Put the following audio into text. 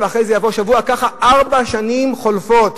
ככה ארבע שנים חולפות